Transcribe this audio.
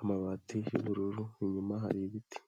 amabati y'ubururu, inyuma hari ibiti.